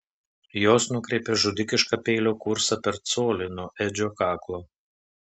jos nukreipė žudikišką peilio kursą per colį nuo edžio kaklo